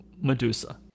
Medusa